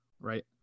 right